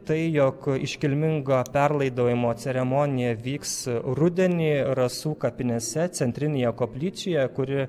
tai jog iškilminga perlaidojimo ceremonija vyks rudenį rasų kapinėse centrinėje koplyčioje kuri